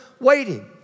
waiting